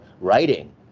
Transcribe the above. writing